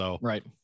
Right